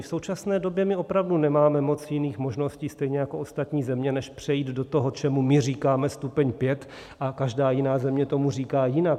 V současné době my opravdu nemáme moc jiných možností, stejně jako ostatní země, než přejít do toho, čemu my říkáme stupeň 5, a každá jiná země tomu říká jinak.